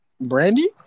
Brandy